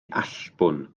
allbwn